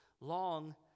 long